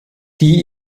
die